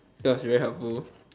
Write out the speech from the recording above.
that was very helpful